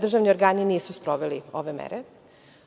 državni organi nisu sproveli ove mere.